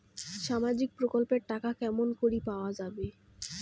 সামাজিক প্রকল্পের টাকা কেমন করি পাওয়া যায়?